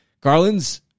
Garland's